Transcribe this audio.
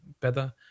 better